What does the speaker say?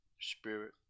spirit